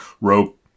rope